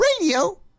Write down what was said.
Radio